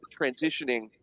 transitioning